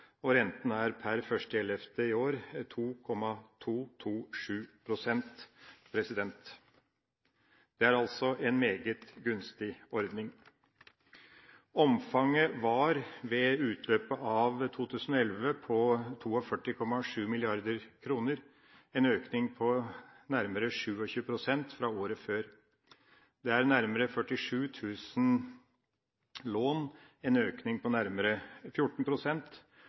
og renta er per 1. november i år 2,227 pst. Det er altså en meget gunstig ordning. Omfanget var ved utløpet av 2011 på 42,7 mrd. kr – en økning på nærmere 27 pst. fra året før. Det er nærmere 47 000 lån – en økning på nærmere